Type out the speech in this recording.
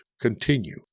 continue